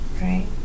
right